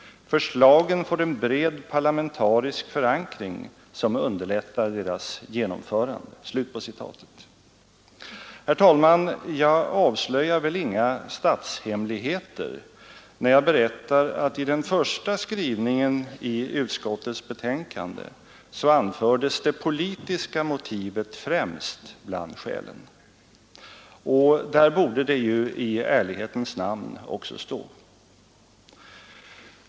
Förslagen får en bred parlamentarisk förankring, som underlättar deras genom förande.” Herr talman! Jag avslöjar väl inga statshemligheter när jag berättar att i den första skrivningen i utskottets betänkande så anfördes det politiska motivet främst bland skälen. Och där borde det ju i ärlighetens namn också stå.